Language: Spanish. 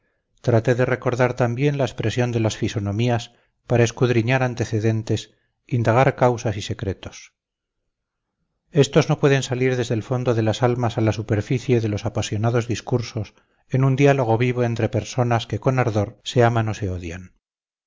traté de recordar también la expresión de las fisonomías para escudriñar antecedentes indagar causas y secretos estos no pueden salir desde el fondo de las almas a la superficie de los apasionados discursos en un diálogo vivo entre personas que con ardor se aman o se odian